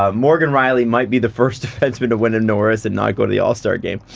ah morgan reilly might be the first defenseman to win and norris and not go to the all-star game.